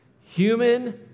Human